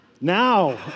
now